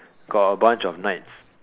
got a bunch of knights